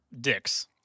dicks